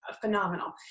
Phenomenal